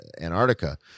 Antarctica